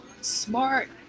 smart